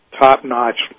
top-notch